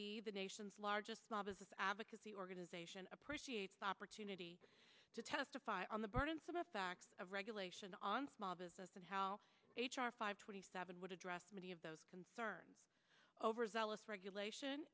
be the nation's largest small business advocacy organization appreciate the opportunity to testify on the burdensome effect of regulation on small business and how h r five twenty seven would address many of those concerns over zealous regulation